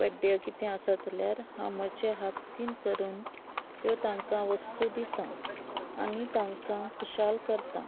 birthday or कितें आसा जाल्यार हांव म्हज्या हातीन करून त्यो तांकां वस्तू दिता आनी तांकां खुशाल करता